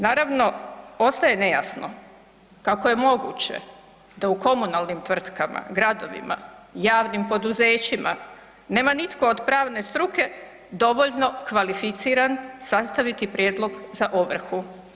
Naravno, ostaje nejasno kako je moguće da u komunalnim tvrtkama, gradovima, javnim poduzećima nema nitko od pravne struke dovoljno kvalificiran sastaviti prijedlog za ovrhu.